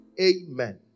Amen